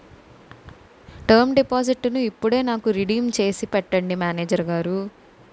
term డిపాజిట్టును ఇప్పుడే నాకు రిడీమ్ చేసి పెట్టండి మేనేజరు గారు